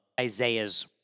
Isaiah's